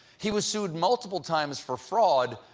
he was sued multiple times for fraud,